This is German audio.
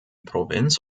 provinz